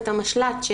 את המשל"ט,